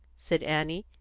said annie,